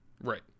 Right